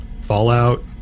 Fallout